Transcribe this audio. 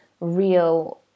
real